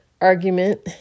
argument